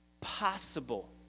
possible